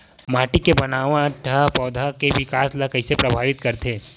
माटी के बनावट हा पौधा के विकास ला कइसे प्रभावित करथे?